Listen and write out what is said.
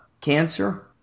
cancer